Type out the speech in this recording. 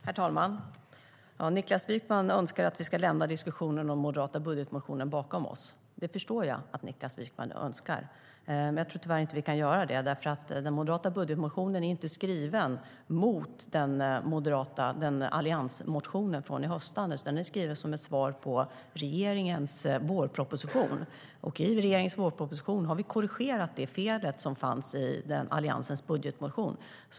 Herr talman! Niklas Wykman önskar att vi ska lämna diskussionen om den moderata budgetmotionen bakom oss. Det förstår jag att Niklas Wykman önskar, men jag tror tyvärr inte att vi kan göra det. Den moderata budgetmotionen är nämligen inte skriven mot alliansmotionen från i höstas, utan den är skriven som ett svar på regeringens vårproposition. I regeringens vårproposition har vi korrigerat det fel som fanns i Alliansens budgetmotion.